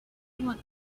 want